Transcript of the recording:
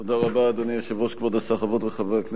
תודה רבה לך, אדוני היושב-ראש, ולעושים במלאכה.